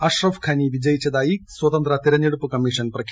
അഷ്റഫ് ഘനി വിജയിച്ചതായി സ്വതന്ത്ര തെരഞ്ഞെടുപ്പ് കമ്മീഷൻ പ്രഖ്യാപിച്ചു